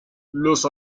los